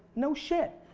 no shit.